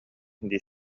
дии